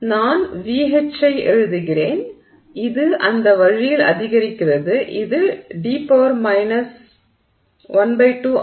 எனவே நான் VH ஐ எழுதுகிறேன் இது அந்த வழியில் அதிகரிக்கிறது இது d 12 ஆகும்